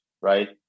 right